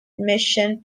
admission